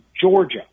Georgia